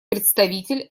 представитель